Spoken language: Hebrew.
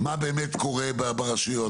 מה באמת קורה ברשויות,